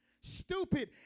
stupid